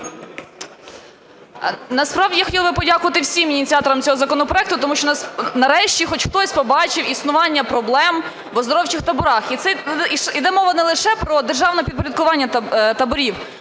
Насправді я хотіла би подякувати всім ініціаторам цього законопроекту, тому що в нас нарешті хоч хтось побачив існування проблем в оздоровчих таборах. Йде мова не лише про державне підпорядкування таборів,